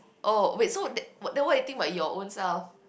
oh wait so th~ then what you think about your own self